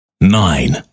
nine